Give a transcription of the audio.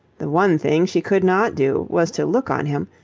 the one thing she could not do was to look on him,